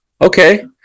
okay